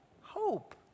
Hope